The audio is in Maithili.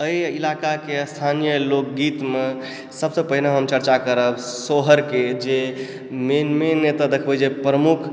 एहि इलाकाके स्थानीय लोकगीतमे सबसँ पहिने हम चर्चा करब सोहरके जे मेन मेन एतऽ देखबै जे प्रमुख